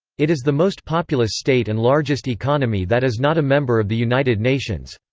it is the most populous state and largest economy that is not a member of the united nations.